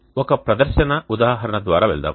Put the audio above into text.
మనం ఒక ప్రదర్శన ఉదాహరణ ద్వారా వెళ్దాం